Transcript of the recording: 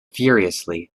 furiously